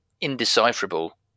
indecipherable